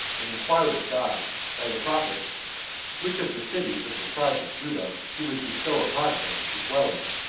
and inquired of god by the prophet which of the cities of the tribe of judah he would bestow upon him to dwell in